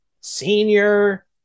senior